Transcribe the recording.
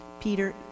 Peter